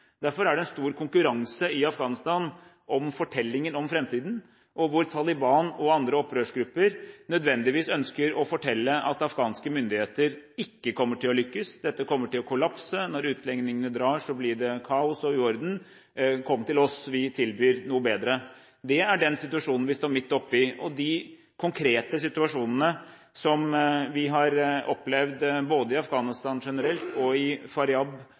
Derfor er det en stor konkurranse i Afghanistan om fortellingen om fremtiden, og hvor Taliban og andre opprørsgrupper nødvendigvis ønsker å fortelle at afghanske myndigheter ikke kommer til å lykkes – dette kommer til å kollapse, når utlendingene drar, blir det kaos og uorden, kom til oss, vi tilbyr noe bedre. Det er den situasjonen vi står midt oppe i. De konkrete situasjonene som vi har opplevd både i Afghanistan generelt og i Faryab